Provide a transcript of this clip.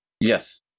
Yes